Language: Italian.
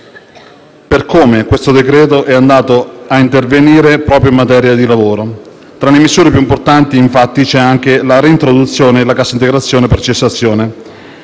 per come il provvedimento interviene proprio in materia di lavoro. Tra le misure più importanti, infatti, c’è anche la reintroduzione della cassa integrazione per cessazione.